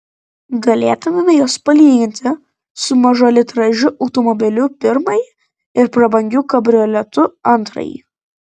galėtumėme juos palyginti su mažalitražiu automobiliu pirmąjį ir prabangiu kabrioletu antrąjį